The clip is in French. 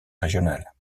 régionale